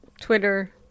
Twitter